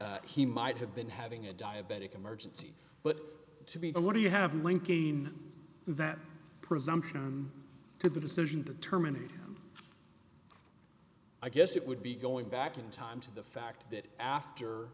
he might have been having a diabetic emergency but to be to what do you have linking that presumption to the decision to terminate i guess it would be going back in time to the fact that